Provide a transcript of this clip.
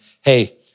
hey